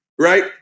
Right